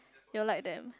you'll like them